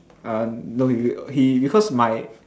ah no he he because my